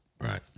right